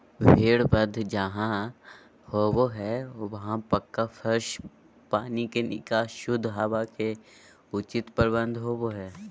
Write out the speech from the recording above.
भेड़ वध जहां होबो हई वहां पक्का फर्श, पानी के निकास, शुद्ध हवा के उचित प्रबंध होवअ हई